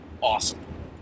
Awesome